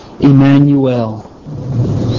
Emmanuel